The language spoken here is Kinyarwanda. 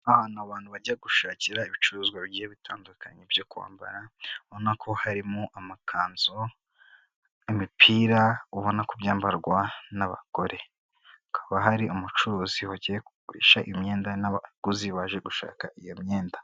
Ahantu abantu bajya gushakira ibicuruzwa bigiye bitandukanye byo kwambara ubona ko harimo amakanzu, imipira, ubona ko byambarwa n'abagore, hakaba hari umucuruzi wagiye kugurisha imyenda n'abaguzi baje gushaka iyo myenda.